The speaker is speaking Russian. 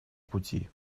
пути